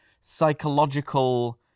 psychological